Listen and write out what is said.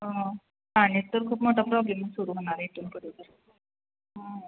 हो पाण्याचा खूप मोठा प्रॉब्लेम सुरू होणार आहे इथून पुढं तर